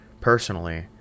personally